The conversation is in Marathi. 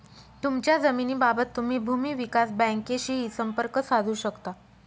तुमच्या जमिनीबाबत तुम्ही भूमी विकास बँकेशीही संपर्क साधू शकता